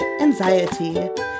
anxiety